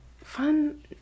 fun